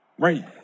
Right